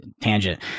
tangent